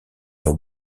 dans